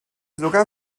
sogar